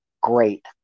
great